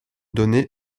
donner